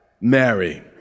Mary